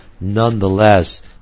nonetheless